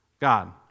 God